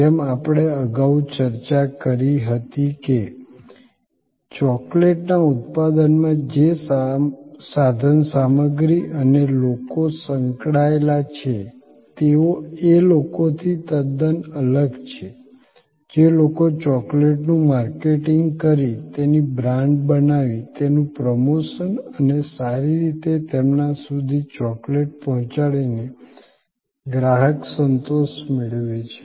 જેમ આપણે અગાવ ચર્ચા કરી હતી કે ચોકલેટ ના ઉત્પાદન માં જે સાધન સામગ્રી અને લોકો સંકળાયેલા છે તેઓ એ લોકો થી તદન અલગ છે જે લોકો ચોકલેટ નું માર્કેટિંગ કરી તેની બ્રાન્ડ બનાવી તેનું પ્રોમોશન અને સારી રીતે તેમના સુધી ચોકલેટ પહોચાડીને ગ્રાહક સંતોષ મેળવવે છે